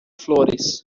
flores